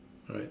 alright